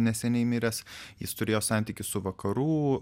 neseniai miręs jis turėjo santykį su vakarų